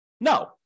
No